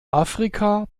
afrika